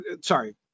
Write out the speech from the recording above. sorry